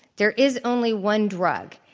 there is only one drug.